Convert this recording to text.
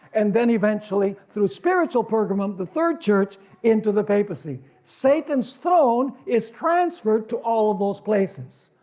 and then eventually through spiritual pergamum, the third church into the papacy. satan's throne is transferred to all of those places.